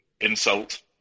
insult